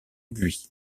buis